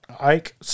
Ike